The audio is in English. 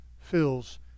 fills